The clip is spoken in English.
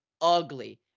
Ugly